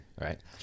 right